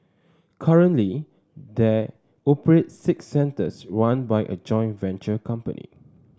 currently they operate six centres run by a joint venture company